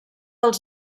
als